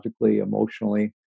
emotionally